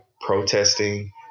protesting